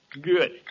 Good